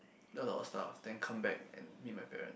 do a lot of stuff then come back and meet my parent